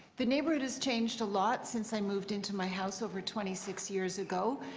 the neighbour was changed a lot since i moved into my house over twenty six years ago.